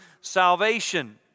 salvation